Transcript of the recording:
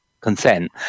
consent